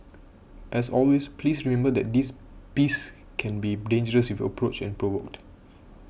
as always please remember that these beasts can be dangerous if approached and provoked